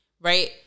Right